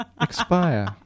expire